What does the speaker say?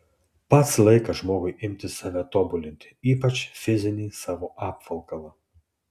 pats laikas žmogui imtis save tobulinti ypač fizinį savo apvalkalą